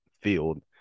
field